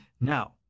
Now